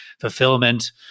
fulfillment